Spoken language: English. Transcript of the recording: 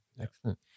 excellent